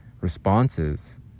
responses